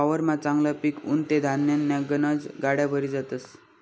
वावरमा चांगलं पिक उनं ते धान्यन्या गनज गाड्या भरी जातस